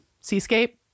seascape